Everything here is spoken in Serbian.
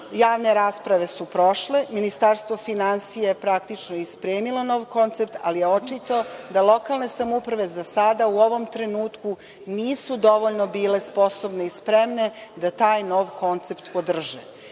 Javne rasprave su prošle, Ministarstvo finansija je praktično i spremilo nov koncept, ali je očito da lokalne samouprave za sada u ovom trenutku nisu dovoljno bile sposobne i spremne da taj nov koncept podrže.